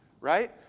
right